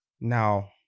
Now